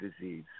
disease